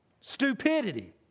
Stupidity